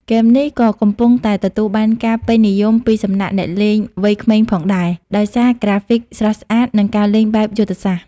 ហ្គេមនេះ ក៏កំពុងតែទទួលបានការពេញនិយមពីសំណាក់អ្នកលេងវ័យក្មេងផងដែរ ដោយសារក្រាហ្វិកស្រស់ស្អាត និងការលេងបែបយុទ្ធសាស្ត្រ។